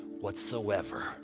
whatsoever